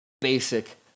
basic